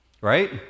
Right